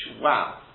wow